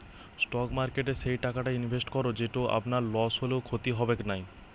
stock মার্কেটে সেই টাকাটা ইনভেস্ট করো যেটো আপনার লস হলেও ক্ষতি হবেক নাই